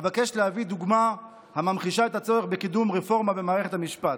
אבקש להביא דוגמה הממחישה את הצורך בקידום רפורמה במערכת המשפט.